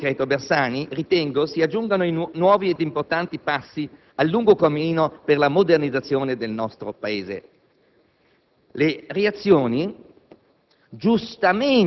Con questo secondo decreto Bersani ritengo si aggiungano nuovi ed importanti passi al lungo cammino per la modernizzazione del nostro Paese. Le reazioni